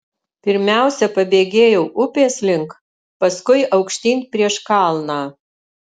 pirmiausia pabėgėjau upės link paskui aukštyn prieš kalną